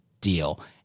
deal